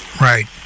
Right